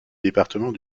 département